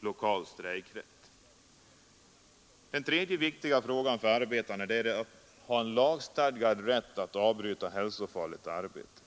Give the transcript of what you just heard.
lokal strejkrätt. Den tredje viktiga frågan för arbetarna är att få en lagstadgad rätt att avbryta hälsofarligt arbete.